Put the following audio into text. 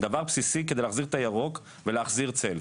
דבר בסיסי כדי להחזיר את הירוק ולהחזיר צל.